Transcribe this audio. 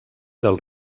del